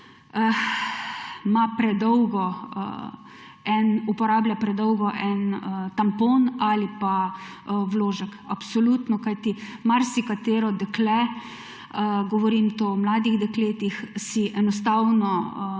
ima predolgo en, uporablja predolgo en tampon ali pa vložek. Absolutno, kajti marsikatero dekle, govorim to o mladih dekletih, si enostavno